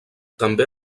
també